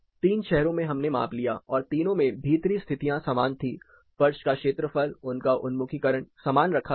3 शहरों में हमने माप लिया और तीनों में भीतरी स्थितियां समान थी फर्श का क्षेत्रफल उनका उन्मुखीकरण समान रखा गया था